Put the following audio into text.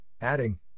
adding